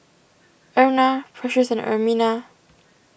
Erna Precious and Ermina